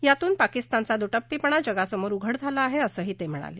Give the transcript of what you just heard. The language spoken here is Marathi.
यातून पाकिस्तानचा दुटप्पीपणा जगासमोर उघड झाला आहे असं ते म्हणाले